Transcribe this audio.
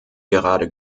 gerade